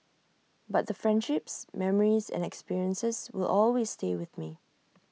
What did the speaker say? but the friendships memories and experiences will always stay with me